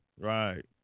Right